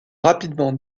rapidement